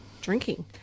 drinking